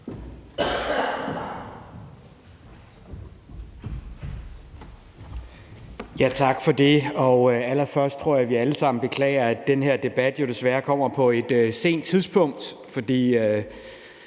Tak for det. Allerførst tror jeg, vi alle sammen beklager, at den her debat desværre kommer på et sent tidspunkt.